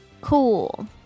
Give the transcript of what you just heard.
Cool